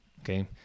Okay